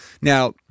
Now